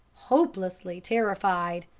hopelessly terrified.